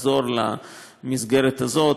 תחזור למסגרת הזאת,